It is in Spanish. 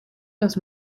los